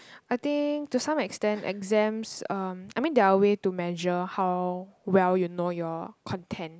I think to some extent exams um I mean they are a way to measure how well you know your content